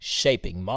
shaping